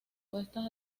puestas